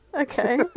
Okay